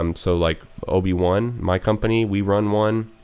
um so like o b one, my company we run one,